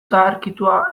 zaharkitua